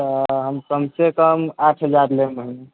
तऽ हम कम से कम आठ हजार लेब महिना